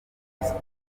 espagne